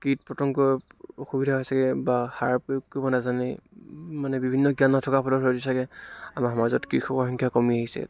কীট পতংগৰ অসুবিধা হৈছেগৈ বা সাৰ প্ৰয়োগ কৰিব নাজানে মানে বিভিন্ন জ্ঞান নথকাৰ ফলত হয়তো চাগৈ আমাৰ সমাজত কৃষকৰ সংখ্য়া কমি আহিছে